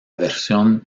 versión